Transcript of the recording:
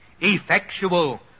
effectual